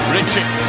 Richard